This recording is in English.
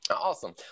Awesome